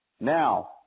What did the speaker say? Now